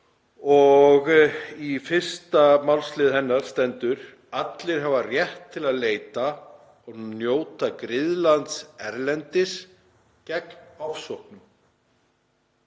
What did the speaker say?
og í fyrsta málslið hennar stendur: „Allir eiga rétt til að leita og njóta griðlands erlendis gegn ofsóknum.“